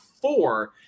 four